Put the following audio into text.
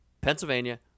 Pennsylvania